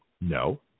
no